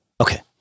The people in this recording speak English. Okay